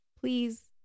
please